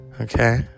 Okay